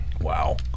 wow